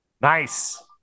Nice